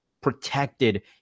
protected